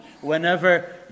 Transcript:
whenever